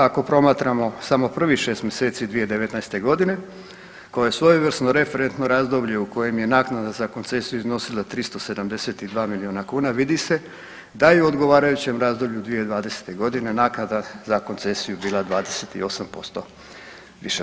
Ako promatramo samo prvih 6 mjeseci 2019. godine kao svojevrsno referentno razdoblje u kojem je naknada za koncesiju iznosila 372 milijuna kuna vidi se da je u odgovarajućem razdoblju 2020. godine naknada za koncesiju bila 28% viša.